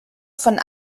von